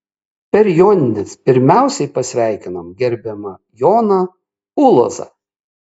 per jonines pirmiausia pasveikinom gerbiamą joną ulozą